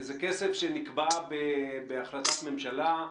זה כסף שנקבע בהחלטת ממשלה,